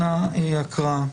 אנא הקראה.